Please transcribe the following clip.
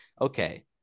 Okay